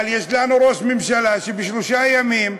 אבל יש ראש ממשלה שבשלושה ימים,